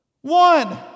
one